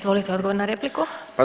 Izvolite odgovor na repliku.